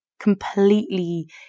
completely